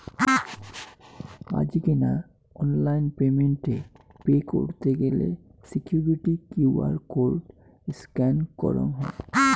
আজিকেনা online payment এ pay করত গেলে সিকুইরিটি কিউ.আর কোড স্ক্যান করঙ হই